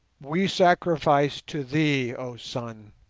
we sacrifice to thee, oh sun!